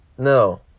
No